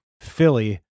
Philly